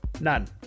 none